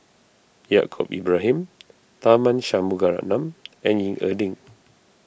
Yaacob Ibrahim Tharman Shanmugaratnam and Ying E Ding